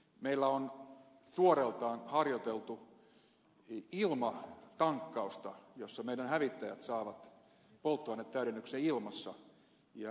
meillä on tuoreeltaan harjoiteltu ilmatankkausta jossa hävittäjät saavat polttoainetäydennyksen ilmassa ja siihen käytetään paljon energiaa ja varaa